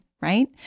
Right